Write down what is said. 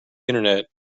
internet